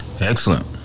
Excellent